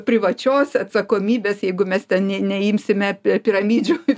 privačios atsakomybės jeigu mes ten neimsime pi piramidžių visokių